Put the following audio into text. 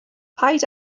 paid